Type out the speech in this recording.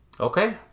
Okay